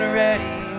ready